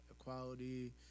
equality